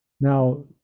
Now